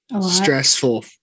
stressful